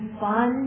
fun